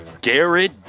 Garrett